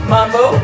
Mambo